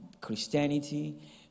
Christianity